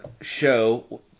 show